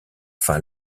fin